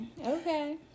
Okay